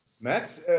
Max